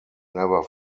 never